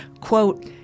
quote